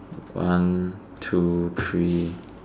one two three